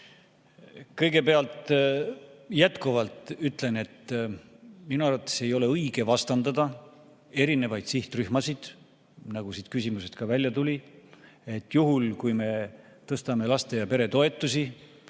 Kõigepealt jätkuvalt ütlen, et minu arvates ei ole õige vastandada erinevaid sihtrühmasid, nagu siit küsimusest välja tuli, et juhul, kui me tõstame laste‑ ja peretoetusi,